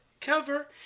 cover